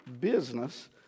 business